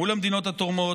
מול המדינות התורמות,